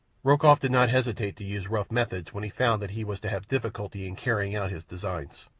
rokoff did not hesitate to use rough methods when he found that he was to have difficulty in carrying out his designs.